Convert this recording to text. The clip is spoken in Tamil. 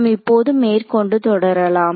நாம் இப்போது மேற்கொண்டு தொடரலாம்